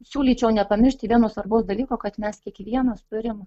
siūlyčiau nepamiršti vieno svarbaus dalyko kad mes kiekvienas turim